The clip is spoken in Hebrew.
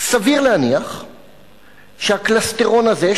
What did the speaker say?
סביר להניח שהקלסתרון הזה,